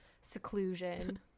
seclusion